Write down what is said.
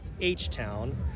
H-Town